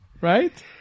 Right